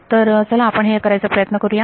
तर चला आपण हे करायचा प्रयत्न करूया